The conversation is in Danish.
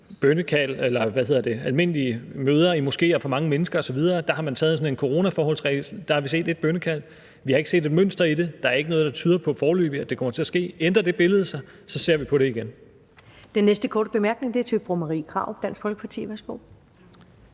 bønnekald eller almindelige møder i moskéer for mange mennesker osv., og der har man taget sådan en coronaforholdsregel, og der har vi set et bønnekald. Vi har ikke set et mønster i det. Der er foreløbig ikke noget, der tyder på, at det kommer til at ske. Ændrer det billede sig, ser vi på det igen. Kl. 15:44 Første næstformand (Karen Ellemann): Den næste korte bemærkning er til fru Marie Krarup, Dansk Folkeparti. Værsgo.